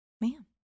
man